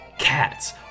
cats